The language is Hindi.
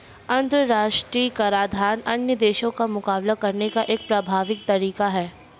अंतर्राष्ट्रीय कराधान अन्य देशों का मुकाबला करने का एक प्रभावी तरीका है